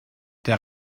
der